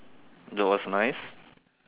that was nice